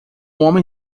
homem